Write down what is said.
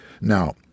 Now